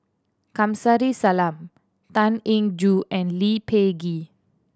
Kamsari Salam Tan Eng Joo and Lee Peh Gee